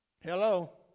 Hello